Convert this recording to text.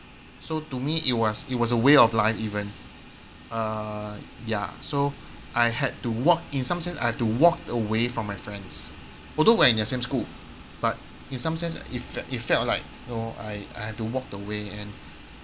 so to me it was it was a way of life even err ya so I had to walk in some sense I had to walk away from my friends although we are in the same school but in some sense it felt it felt like know I I had to walked away and